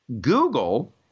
Google